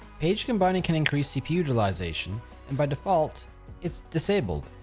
page combining can increase cpu utilization and by default it's disabled.